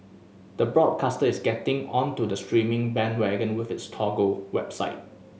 the broadcaster is getting onto the streaming bandwagon with its Toggle website